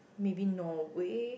maybe Norway